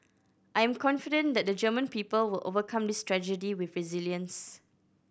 I'm confident that the German people will overcome this tragedy with resilience